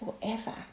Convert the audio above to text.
forever